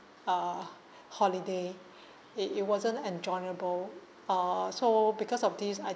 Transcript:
uh holiday it it wasn't enjoyable uh so because of this I